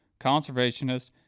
conservationist